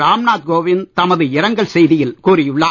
ராம் நாத் கோவிந்த் தமது இரங்கல் செய்தியில் கூறியுள்ளார்